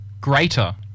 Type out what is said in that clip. Greater